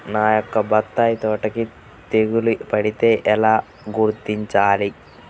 నా యొక్క బత్తాయి తోటకి తెగులు పడితే ఎలా గుర్తించాలి?